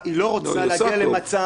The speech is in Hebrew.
נניח באופן תיאורטי,